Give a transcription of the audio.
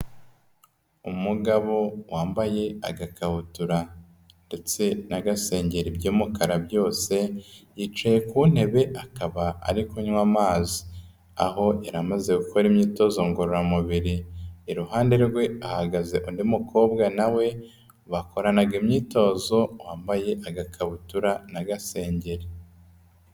Umugabo wambaye agakabutura ndetse n'agasengeri by'umukara byose, yicaye ku ntebe akaba ari kunywa amazi aho yari amaze gukora imyitozo ngororamubiri. Iruhande rwe hahagaze undi mukobwa na we bakoranaga imyitozo, wambaye agakabutura n'agasengeri.